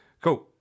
Cool